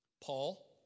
Paul